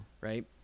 right